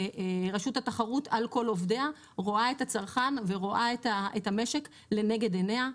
ורשות התחרות על כל עובדיה רואה את הצרכן ורואה את המשק לנגד עיניה.